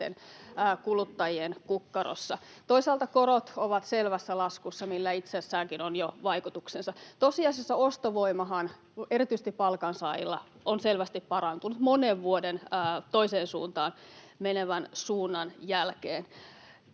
kuluttajien kukkarossa. Toisaalta korot ovat selvässä laskussa, millä itsessäänkin on jo vaikutuksensa. Tosiasiassa ostovoimahan erityisesti palkansaajilla on selvästi parantunut monen vuoden toiseen suuntaan menon jälkeen.